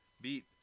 beat